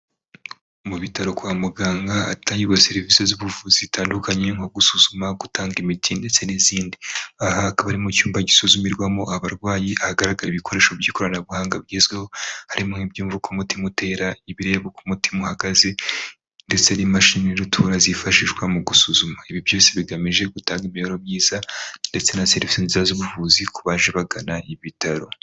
Mu bitaro kwa muganga hatangirwa serivisi z'ubuvuzi zitandukanye nko gusuzuma, gutanga imiti ndetse n'izindi aha hakaba ari mu cyumba gisuzumirwamo abarwayi hagaragara ibikoresho by'ikoranabuhanga bigezweho harimo ibyumvuka umutima utera, ibireba uko umutima uhagaze ndetse n'imashini rutura zifashishwa mu gusuzuma, ibi byose bigamije gutanga imibereho myiza ndetse na serivisi nziza z'ubuvuzi ku baje bagana ibitaro.